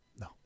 No